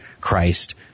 Christ